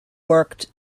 worked